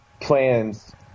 plans